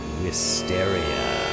wisteria